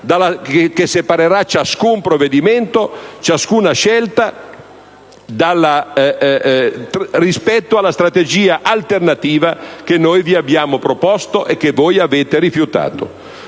che separerà ciascuna scelta rispetto alla strategia alternativa che noi vi abbiamo proposto e che voi avete rifiutato.